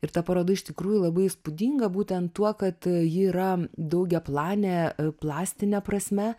ir ta paroda iš tikrųjų labai įspūdinga būtent tuo kad ji yra daugiaplanė plastine prasme